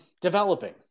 developing